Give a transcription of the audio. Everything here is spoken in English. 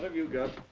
you got?